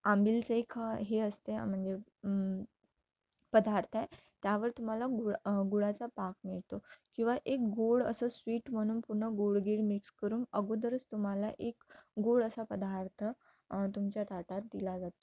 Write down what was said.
आंबीलचं एक हे असते म्हणजे पदार्थ आहे त्यावर तुम्हाला गूळ गुळाचा पाक मिळतो किंवा एक गोड असं स्वीट म्हणून पूर्ण गोडगिर मिक्स करून अगोदरच तुम्हाला एक गोड असा पदार्थ तुमच्या ताटात दिला जातो